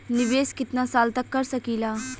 निवेश कितना साल तक कर सकीला?